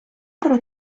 про